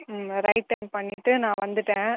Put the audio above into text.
ம் right turn பண்ணிவிட்டு நான் வந்துவிட்டேன்